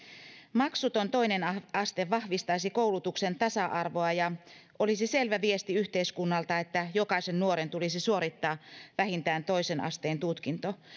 maksuton toinen aste vahvistaisi koulutuksen tasa arvoa ja olisi selvä viesti yhteiskunnalta että jokaisen nuoren tulisi suorittaa vähintään toisen asteen tutkinto